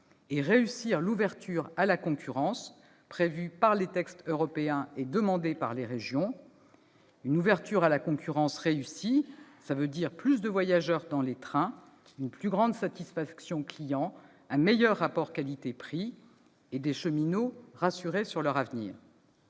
-et réussir l'ouverture à la concurrence prévue par les textes européens et demandée par les régions, c'est-à-dire plus de voyageurs dans les trains, une plus grande satisfaction des clients, un meilleur rapport qualité-prix et des cheminots rassurés sur leur avenir.